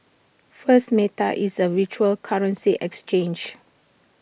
first meta is A virtual currency exchange